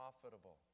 profitable